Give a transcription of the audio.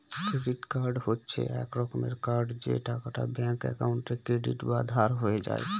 credit card হচ্ছে এক রকমের কার্ড যে টাকাটা ব্যাঙ্ক একাউন্টে ক্রেডিট বা ধার হয়ে যায়